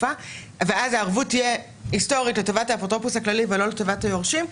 ואז הערבות תהיה היסטורית לטובת האפוטרופוס הכללי ולא לטובת היורשים.